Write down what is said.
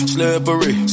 Slippery